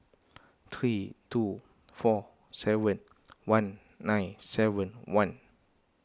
three two four seven one nine seven one